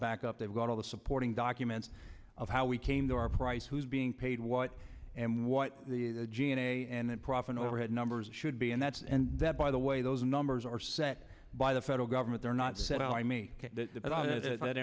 backup they've got all the supporting documents of how we came to our price who's being paid what and what the the g n a s and profit overhead numbers should be and that's and that by the way those numbers are set by the federal government they're not set i mean that